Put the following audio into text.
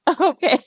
Okay